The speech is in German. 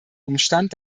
umstand